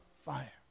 fire